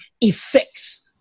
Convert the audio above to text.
effects